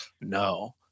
no